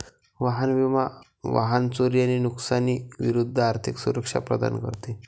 वाहन विमा वाहन चोरी आणि नुकसानी विरूद्ध आर्थिक सुरक्षा प्रदान करते